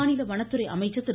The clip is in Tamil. மாநில வனத்துறை அமைச்சர் திரு